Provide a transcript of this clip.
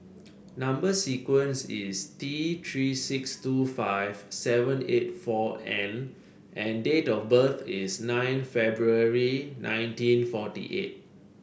number sequence is T Three six two five seven eight four N and date of birth is nine February nineteen forty eight